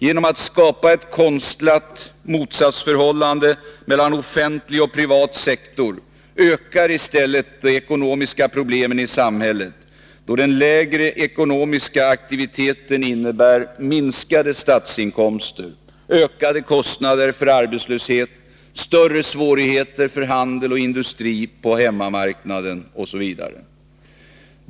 Genom att skapa ett konstlat motsatsförhållande mellan offentlig och privat sektor ökaristället de ekonomiska problemen i samhället, då den lägre ekonomiska aktiviteten innebär minskade statsinkomster, ökade kostnader för arbetslöshet, större svårigheter för handel och industri på hemmamarknaden osv.